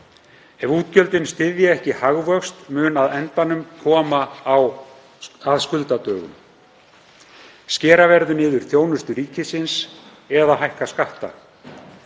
Ef útgjöldin styðja ekki hagvöxt mun á endanum koma að skuldadögum. Skera verður niður þjónustu ríkisins eða hækka skatta